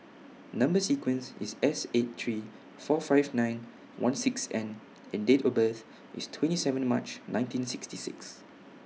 Number sequence IS S eight three four five nine one six N and Date of birth IS twenty seven March nineteen sixty six